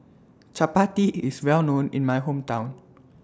Chapati IS Well known in My Hometown